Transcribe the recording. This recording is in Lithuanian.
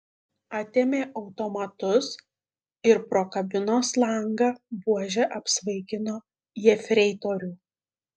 atėmė automatus ir pro kabinos langą buože apsvaigino jefreitorių